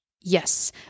Yes